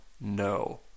no